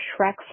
Shrek